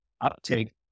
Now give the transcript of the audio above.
uptake